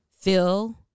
Fill